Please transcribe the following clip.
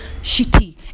shitty